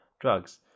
drugs